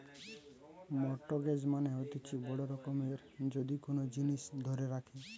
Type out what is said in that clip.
mortgage মানে হতিছে বড় রকমের যদি কোন জিনিস ধরে রাখে